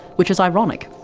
which is ironic.